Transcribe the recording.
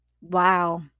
Wow